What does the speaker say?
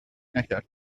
نکرد